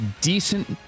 decent